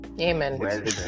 Amen